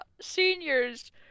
seniors